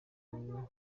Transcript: uwo